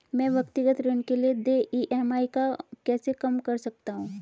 मैं व्यक्तिगत ऋण के लिए देय ई.एम.आई को कैसे कम कर सकता हूँ?